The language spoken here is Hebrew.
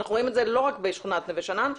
אנחנו רואים את זה לא רק בשכונת נווה שאנן,